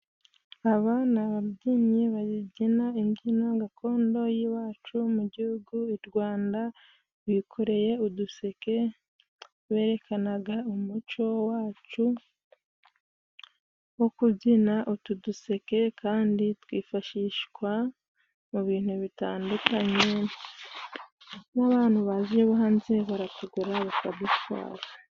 Aba ni ababyinnyi babyina imbyino gakondo y'iwacu mu gihugu i Rwanda. Bikoreye uduseke berekanaga umuco wacu wo kubyina. Utu duseke kandi twifashishwa mu bintu bitandukanye, n'abantu bazi hanze baratugura bakadutwara.